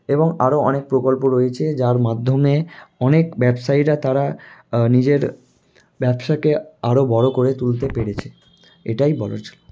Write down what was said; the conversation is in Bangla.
এবং আরো অনেক প্রকল্প রয়েছে যার মাধ্যমে অনেক ব্যবসায়ীরা তারা নিজের ব্যবসাকে আরও বড়ো করে তুলতে পেরেছে এটাই বলার ছিলো